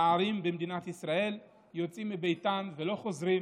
נערים, במדינת ישראל יוצאים מביתם ולא חוזרים,